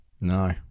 No